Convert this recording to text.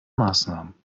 maßnahmen